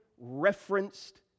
referenced